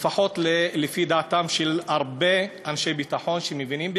לפחות לפי דעתם של הרבה אנשי ביטחון שמבינים בזה.